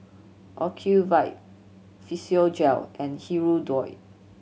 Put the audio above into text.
Ocuvite Physiogel and Hirudoid